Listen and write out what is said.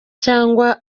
cyangwa